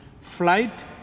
Flight